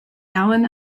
allan